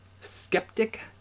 skeptic